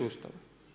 Ustava?